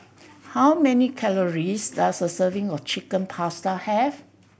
how many calories does a serving of Chicken Pasta have